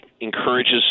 encourages